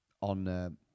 on